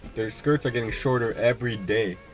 their skirts are getting shorter everyday.